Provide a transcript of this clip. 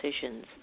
decisions